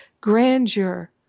grandeur